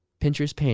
Pinterest